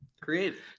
creative